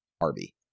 Arby